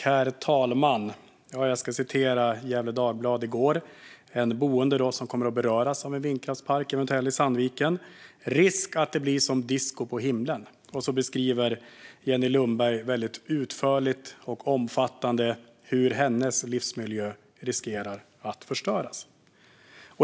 Herr talman! Jag ska återge vad som stod i Gefle Dagblad i går. Det gäller boende som kommer att beröras av en eventuell vindkraftspark i Sandviken: "Risk att det blir som disko på himlen." Sedan beskriver Jenny Lundberg utförligt och omfattande hur hennes livsmiljö riskerar att förstöras.